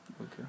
Okay